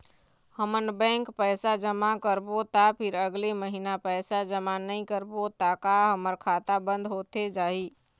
हमन बैंक पैसा जमा करबो ता फिर अगले महीना पैसा जमा नई करबो ता का हमर खाता बंद होथे जाही?